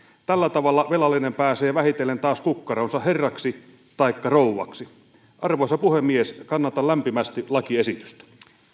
tällä tavalla velallinen pääsee vähitellen taas kukkaronsa herraksi taikka rouvaksi arvoisa puhemies kannatan lämpimästi lakiesitystä